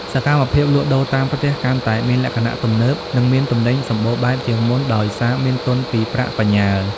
សកម្មភាពលក់ដូរតាមផ្ទះ កាន់តែមានលក្ខណៈទំនើប និងមានទំនិញសម្បូរបែបជាងមុន ដោយសារមានទុនពីប្រាក់បញ្ញើ។